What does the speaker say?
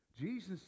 Jesus